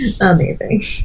Amazing